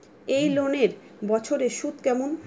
এই লোনের বছরে সুদ কেমন?